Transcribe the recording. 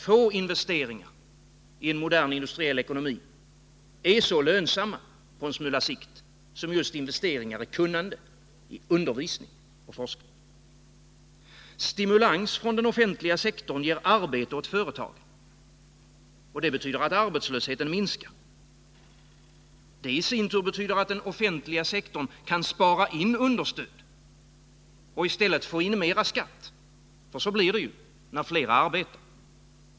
Få investeringar i en modern industriell ekonomi är så lönsamma på sikt som just investeringar i kunnande, i undervisning och i forskning. Stimulans från den offentliga sektorn ger arbete åt företagen, och det betyder att arbetslösheten minskar. Det i sin tur betyder att den offentliga sektorn kan spara in understöd och att den i stället får in mer i skatt, för så blir det ju när fler arbetar.